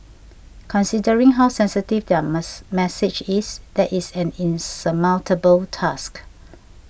considering how sensitive their mass message is that is an insurmountable task